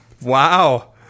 Wow